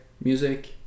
music